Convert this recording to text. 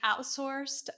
outsourced